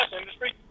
industry